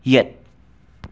ꯌꯦꯠ